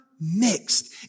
mixed